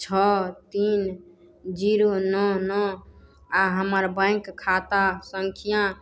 छओ तीन जीरो नओ नओ आ हमर बैंक खाता सङ्ख्या